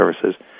services